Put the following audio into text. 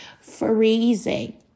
freezing